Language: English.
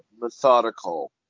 Methodical